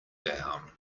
down